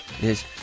Yes